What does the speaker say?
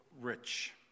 rich